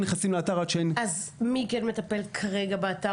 אז מי כן מטפל כרגע באתר?